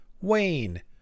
Wayne